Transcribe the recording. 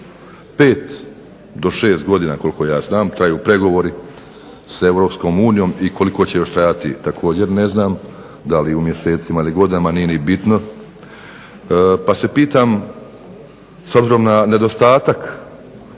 5 do 6 godina koliko ja znam, traju pregovori s EU i koliko će još trajati također ne znam, da li u mjesecima ili godinama, nije ni bitno. Pa se pitam s obzirom na nedostatak